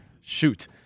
Shoot